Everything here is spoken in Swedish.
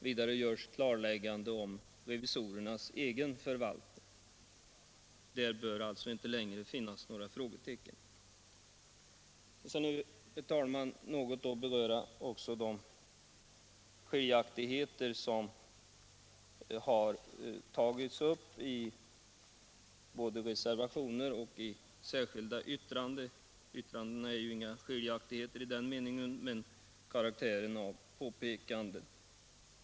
Vidare skapas klarhet beträffande revisorernas egen förvaltning, så därvidlag behöver det alltså inte längre finnas några frågetecken. Sedan vill jag även, herr talman, något beröra de skiljaktigheter som tagits upp i reservationerna och de påpekanden som gjorts i de särskilda yttrandena.